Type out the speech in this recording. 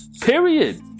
period